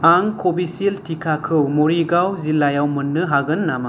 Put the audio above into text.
आं कविशिल्द टिकाखौ मरिगाव जिल्लायाव मोन्नो हागोन नामा